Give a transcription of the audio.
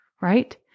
right